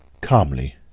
Calmly